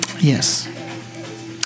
Yes